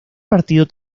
partido